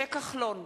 משה כחלון,